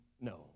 no